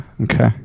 Okay